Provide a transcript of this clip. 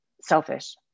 Selfish